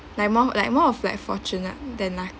like more like more of like fortunate than lucky